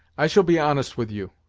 i shall be honest with you.